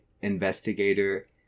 investigator